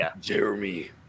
Jeremy